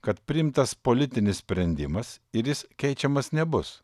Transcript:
kad priimtas politinis sprendimas ir jis keičiamas nebus